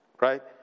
right